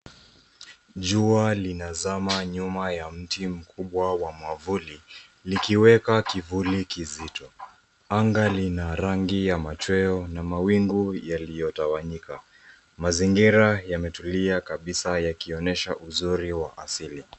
Jua linazama nyuma ya mti mkubwa wa mwavuli, likiweka kivuli kizito. Anga lina rangi ya machweo na mawingu yaliyotawanyika. Mazingira yametulia kabisa yakionyesha uzuri wa asili.